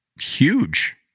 Huge